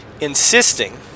insisting